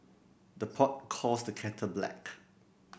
the pot calls the kettle black